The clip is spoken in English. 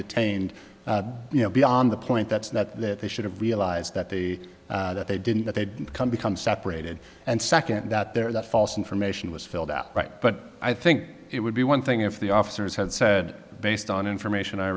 detained you know beyond the point that's that that they should have realized that they that they didn't that they can become separated and second that they're that false information was filled out right but i think it would be one thing if the officers had said based on information i